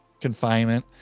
confinement